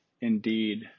indeed